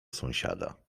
sąsiada